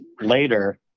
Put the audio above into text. later